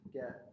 get